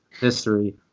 history